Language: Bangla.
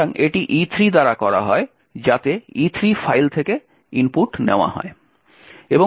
সুতরাং এটি E3 দ্বারা করা হয় যাতে E3 ফাইল থেকে ইনপুট নেওয়া হয়